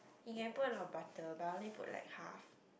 you can put in a lot of butter but I only put like half